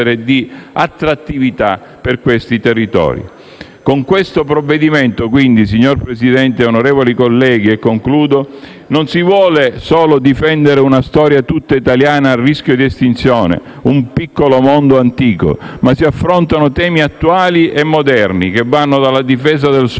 Con questo provvedimento, quindi, signor Presidente, onorevoli colleghi (e concludo), non si vuole solo difendere una storia tutta italiana a rischio di estinzione, un piccolo mondo antico, ma si affrontano anche temi attuali e moderni, che vanno dalla difesa del suolo